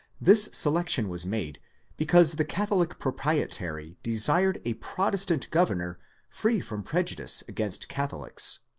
this selection was made because the catholic proprietary desired a protestant governor free from prejudice against catholics.